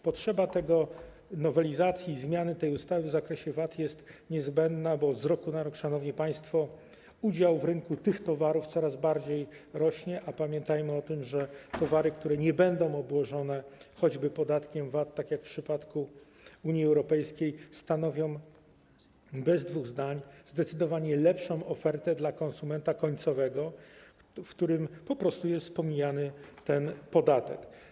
Potrzeba nowelizacji i zmiany tej ustawy w zakresie VAT jest niezbędna, bo z roku na rok, szanowni państwo, udział w rynku tych towarów coraz bardziej rośnie, a pamiętajmy o tym, że towary, które nie będą obłożone choćby podatkiem VAT, tak jak w przypadku Unii Europejskiej stanowią, bez dwóch zdań, zdecydowanie lepszą ofertę dla konsumenta końcowego, w której po prostu jest pomijany ten podatek.